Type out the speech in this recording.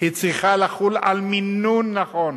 צריכה לחול על מינון נכון